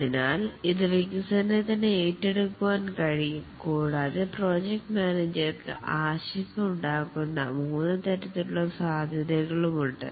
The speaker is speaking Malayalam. അതിനാൽ ഇത് വികസനത്തിന് ഏറ്റെടുക്കാൻ കഴിയും കൂടാതെ പ്രോജക്ട് മാനേജർക്ക് ആശങ്ക ഉണ്ടാക്കാന്ന മൂന്നു തരത്തിലുള്ള സാധ്യതകളുണ്ട്